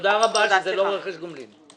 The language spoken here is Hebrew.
תודה רבה שזה לא רכש גומלין.